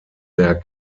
der